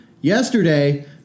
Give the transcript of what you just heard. Yesterday